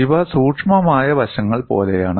ഇവ സൂക്ഷ്മമായ വശങ്ങൾ പോലെയാണ്